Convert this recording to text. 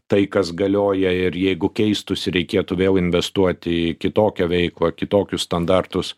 tai kas galioja ir jeigu keistųsi reikėtų vėl investuoti į kitokią veiklą kitokius standartus